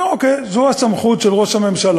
אומר: אוקיי, זו הסמכות של ראש הממשלה,